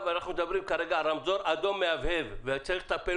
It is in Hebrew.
אנחנו מדברים כרגע על רמזור אדום מהבהב שצריך לטפל